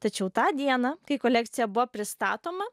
tačiau tą dieną kai kolekcija buvo pristatoma